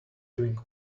doing